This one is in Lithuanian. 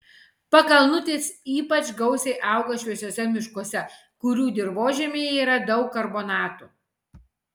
pakalnutės ypač gausiai auga šviesiuose miškuose kurių dirvožemyje yra daug karbonatų